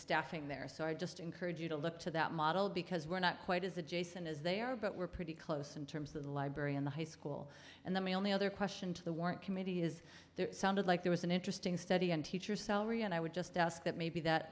staffing there so i just encourage you to look to that model because we're not quite as adjacent as they are but we're pretty close in terms of the library in the high school and the only other question to the warrant committee is there sounded like there was an interesting study on teacher salary and i would just ask that maybe that